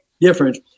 difference